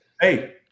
Hey